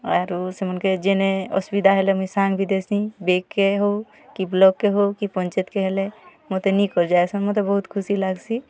ଆରୁ ସେମାନ୍କେ ଯେନେ ଅସୁବିଧା ହେଲେ ମୁଇଁ ସାଙ୍ଗ୍ ବି ଦେସି ବେଙ୍କ୍କେ ହୋଉ କି ବ୍ଲକ୍କେ ହଉ କି ପଞ୍ଚାୟତ୍କେ ହେଲେ ମୋତେ ନିକରି ଯାଏସନ୍ ମୋତେ ବହୁତ୍ ଖୁସି ଲାଗ୍ସି